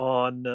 on